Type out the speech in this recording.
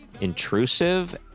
intrusive